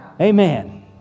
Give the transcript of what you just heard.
Amen